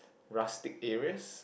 rustic areas